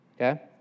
Okay